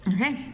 Okay